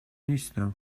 نیستیم